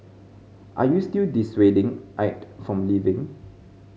are you still dissuading Aide from leaving